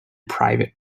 private